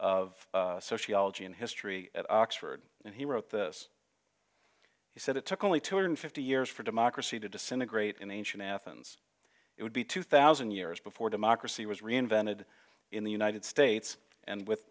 of sociology and history at oxford and he wrote this he said it took only two hundred fifty years for democracy to disintegrate in ancient athens it would be two thousand years before democracy was reinvented in the united states and with